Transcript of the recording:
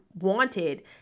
wanted